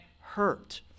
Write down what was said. hurt